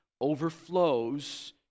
overflows